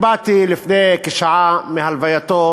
באתי לפני כשעה מהלווייתו